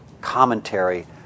commentary